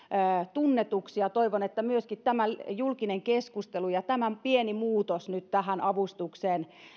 tunnetuksi toivon että myöskin tämä julkinen keskustelu ja tämä pieni muutos nyt tähän avustukseen